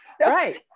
Right